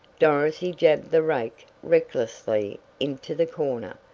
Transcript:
dorothy jabbed the rake recklessly into the corner.